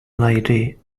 lady